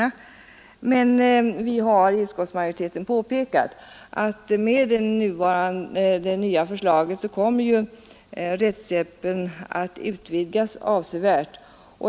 Vi har emellertid i utskottsmajoriteten påpekat att rättshjälpen, med införandet av den föreslagna lagstiftningen, kommer att utvidgas avsevärt.